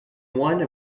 one